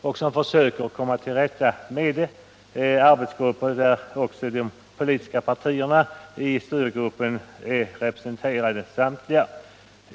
I dessa arbetsgrupper ingår också samtliga de politiska partier som är representerade i styrgruppen.